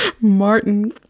Martin